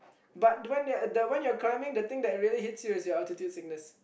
but when you're at the when you're climbing the thing that really hits you is your altitude sickness